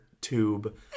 tube